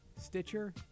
Stitcher